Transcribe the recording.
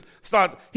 start